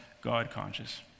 God-conscious